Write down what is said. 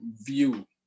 view